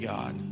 God